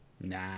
Nah